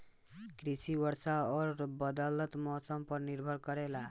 कृषि वर्षा और बदलत मौसम पर निर्भर करेला